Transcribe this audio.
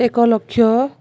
ଏକ ଲକ୍ଷ